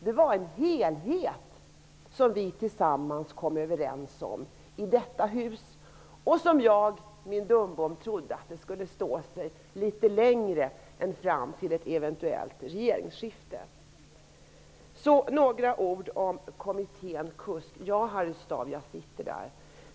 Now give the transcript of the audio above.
Det var en helhet som vi tillsammans kom överens om i detta hus och som jag, min dumbom, trodde skulle stå sig litet längre än fram till ett eventuellt regeringsskifte. Jag vill säga några ord om kommmittén KUS. Ja, Harry Staaf, jag sitter i den.